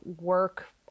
work